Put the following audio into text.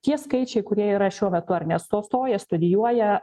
tie skaičiai kurie yra šiuo metu ar nesustoja studijuoja